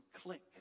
click